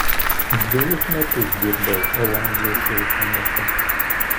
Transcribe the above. dvejus metus dirbau olandijos šiltnamiuose